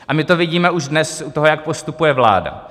A my to vidíme už dnes u toho, jak postupuje vláda.